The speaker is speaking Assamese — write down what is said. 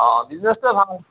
অঁ বিজনেচটোৱে ভাল